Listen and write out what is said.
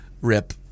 rip